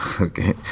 Okay